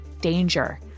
danger